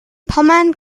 pommern